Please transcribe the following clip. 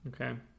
okay